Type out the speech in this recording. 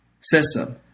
system